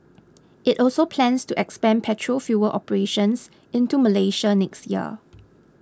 it also plans to expand petrol fuel operations into Malaysia next year